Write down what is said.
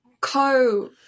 co